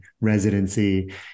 residency